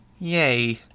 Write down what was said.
Yay